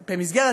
במסגרת,